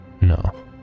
No